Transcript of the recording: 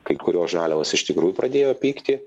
kai kurios žaliavos iš tikrųjų pradėjo pykti